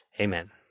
Amen